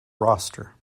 roster